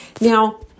Now